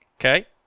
Okay